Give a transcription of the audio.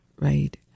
right